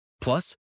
Plus